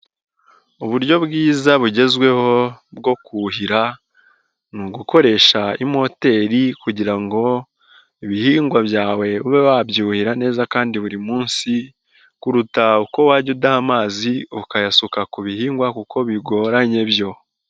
Uburyo bwiza bugezweho bwo kuhira ni ugukoresha imoteri kugira ngo ibihingwa byawe ube wabyuhirira neza kandi buri munsi kuruta uko wajya udaha amazi ukayasuka ku bihingwa kuko bigoranye byo.